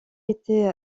été